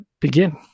begin